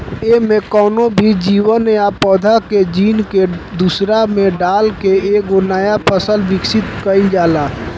एमे कवनो भी जीव या पौधा के जीन के दूसरा में डाल के एगो नया फसल विकसित कईल जाला